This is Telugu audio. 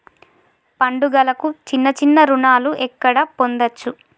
పండుగలకు చిన్న చిన్న రుణాలు ఎక్కడ పొందచ్చు?